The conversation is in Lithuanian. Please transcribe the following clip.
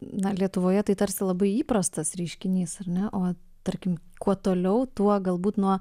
na lietuvoje tai tarsi labai įprastas reiškinys ar ne o tarkim kuo toliau tuo galbūt nuo